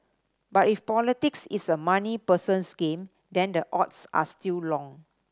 but if politics is a money person's game then the odds are still long